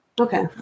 Okay